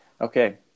Okay